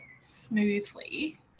smoothly